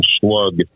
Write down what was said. slug